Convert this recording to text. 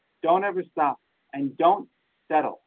don't ever stop and don't settle